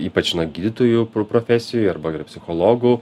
ypač na gydytojų pro profesijoj arba psichologų